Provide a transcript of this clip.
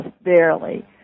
barely